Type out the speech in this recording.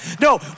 No